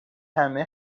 همه